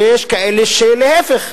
ויש כאלה שלהיפך,